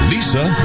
Lisa